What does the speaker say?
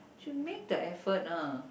should make the effort lah